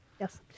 Yes